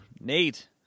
Nate